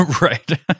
right